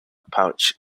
pouch